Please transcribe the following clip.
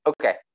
Okay